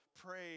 pray